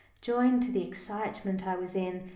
joined to the excitement i was in,